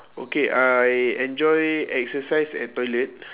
okay I enjoy exercise at toilet